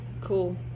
cool